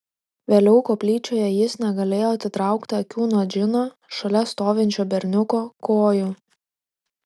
vėliau koplyčioje jis negalėjo atitraukti akių nuo džino šalia stovinčio berniuko kojų